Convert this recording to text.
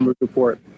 report